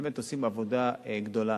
באמת, עושים עבודה גדולה.